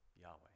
Yahweh